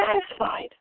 satisfied